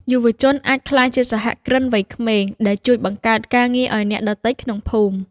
យុវជនអាចក្លាយជាសហគ្រិនវ័យក្មេងដែលជួយបង្កើតការងារឱ្យអ្នកដទៃក្នុងភូមិ។